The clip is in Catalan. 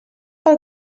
pel